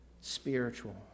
spiritual